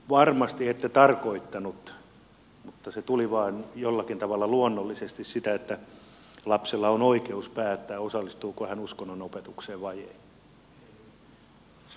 varmasti ette tarkoittanut mutta se tuli vain jollakin tavalla luonnollisesti että lapsella on oikeus päättää osallistuuko hän uskonnonopetukseen vai ei